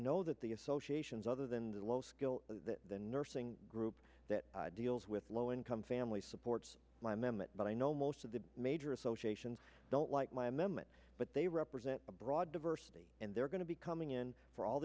know that the associations other than the low skill the nursing group that deals with low income family support my member but i know most of the major associations don't like my amendment but they represent a broad diversity and they're going to be coming in for all